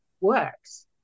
works